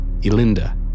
Elinda